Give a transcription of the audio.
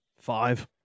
Five